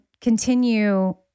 continue